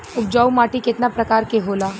उपजाऊ माटी केतना प्रकार के होला?